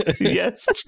Yes